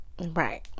Right